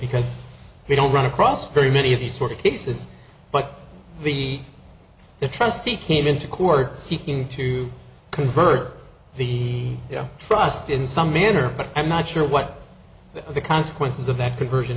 because we don't run across very many of these sort of cases but the trustee came into court seeking to convert the yeah trust in some manner but i'm not sure what the consequences of that conversion